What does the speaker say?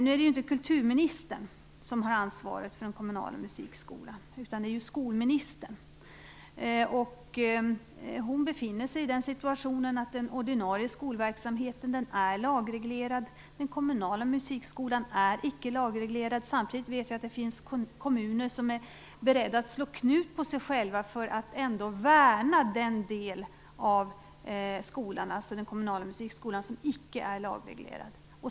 Nu är det inte kulturministern som har ansvaret för den kommunala musikskolan, utan det är skolministern. Hon befinner sig i den situationen att den ordinarie skolverksamheten är lagreglerad. Den kommunala musikskolan är icke lagreglerad. Vi vet att det finns kommuner som är beredda att slå knut på sig själva för att värna den del av skolan, dvs. den kommunala musikskolan, som icke är lagreglerad.